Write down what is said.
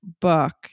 book